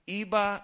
iba